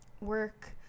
work